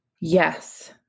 Yes